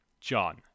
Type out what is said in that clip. John